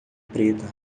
preta